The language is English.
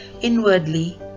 Inwardly